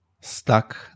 stuck